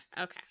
okay